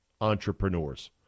entrepreneurs